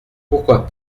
pourquoi